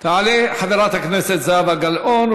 תעלה חברת הכנסת זהבה גלאון.